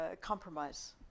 compromise